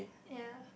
ya